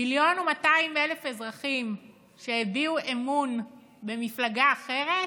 מיליון ו-200,000 אזרחים שהביעו אמון במפלגה אחרת?